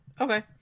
Okay